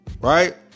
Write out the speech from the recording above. Right